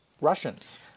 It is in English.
Russians